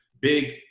big